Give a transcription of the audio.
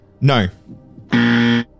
No